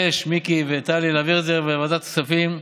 מיקי וטלי, אני מבקש להעביר את זה לוועדת הכספים,